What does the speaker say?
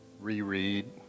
reread